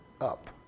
up